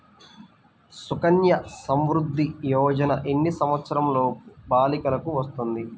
సుకన్య సంవృధ్ది యోజన ఎన్ని సంవత్సరంలోపు బాలికలకు వస్తుంది?